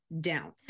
down